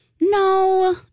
No